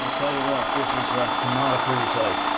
tell you what, this is ah not a pretty sight.